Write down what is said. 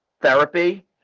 therapy